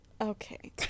okay